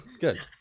Good